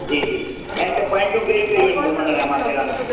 जी जी ऐं हिते पोइंटियूं कहिड़ियूं कहिड़ियूं इन घुमणु लाइ माथेरान में